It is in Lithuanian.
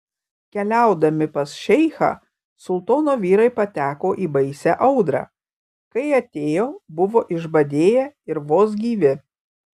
keliaudami pas šeichą sultono vyrai pateko į baisią audrą kai atėjo buvo išbadėję ir vos gyvi